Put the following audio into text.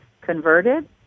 converted